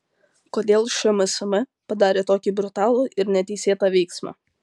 kodėl šmsm padarė tokį brutalų ir neteisėtą veiksmą